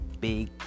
big